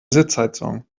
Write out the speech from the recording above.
sitzheizung